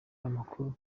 amakuru